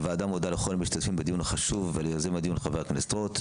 הוועדה מודה לכל המשתתפים בדיון החשוב וליוזם הדיון חבר הכנסת רוט.